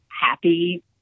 happy